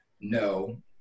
no